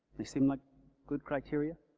they seem like good criteria?